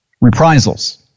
Reprisals